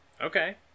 Okay